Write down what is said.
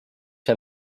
see